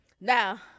Now